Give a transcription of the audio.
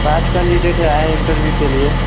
पाँच कंडीडेट है आए है इन्टरव्यू के लिए